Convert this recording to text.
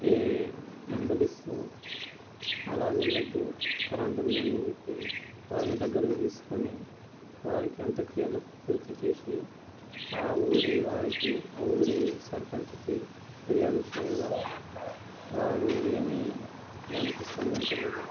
ఈ మందలిస్తూ అలా వెళ్లొద్దు కరెంట్ ఉందని చెప్పి వారిని దగ్గరకు తీస్కొని వారికి అంత్యక్రియలు పూర్తిచేసి ఆ ఊరి వారికి ఆ ఊరి సర్పంచ్కి ఫిర్యాదు చెయ్యగా వారు ఏమి దానికి స్పందించలేదు